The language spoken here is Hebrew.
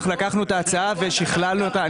אנחנו לקחנו את ההצעה ושכללנו אותה.